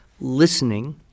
listening